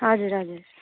हजुर हजुर